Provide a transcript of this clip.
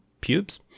pubes